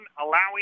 allowing